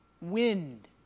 wind